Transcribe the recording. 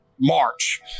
March